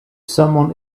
someone